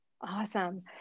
Awesome